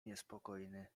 niespokojny